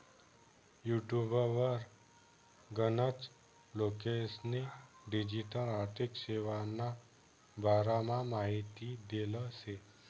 युटुबवर गनच लोकेस्नी डिजीटल आर्थिक सेवाना बारामा माहिती देल शे